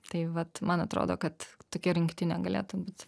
tai vat man atrodo kad tokia rinktinė galėtų būt